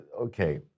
okay